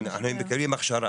הם מקבלים הכשרה,